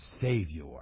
Savior